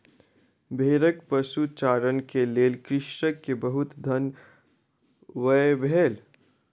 भेड़क पशुचारण के लेल कृषक के बहुत धन व्यय भेल